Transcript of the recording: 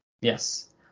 Yes